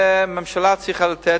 הממשלה צריכה לתת.